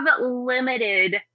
limited